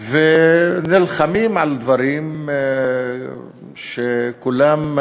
ונלחמים על דברים שכולם,